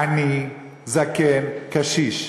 עני, זקן, קשיש,